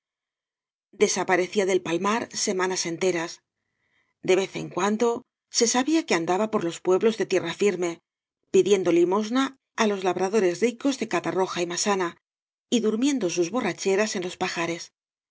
desaparecía del palmar semanas enteras de vez en cuando se sabía qu andaba por los pueblos ée tierra firme pidiendo limosna á los labradores ricos de catarroja y masanasa y durmiendo sus borracheras en los pajares